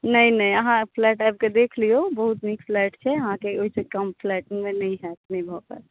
नहि नहि अहाँ फ्लैट आबि कय देख लियौ बहुत नीक फ्लैट छै अहाँकें ओहि सॅं कम फ्लैट नहि होयत नहि भय पाओत